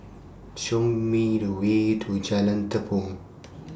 Show Me The Way to Jalan Tepong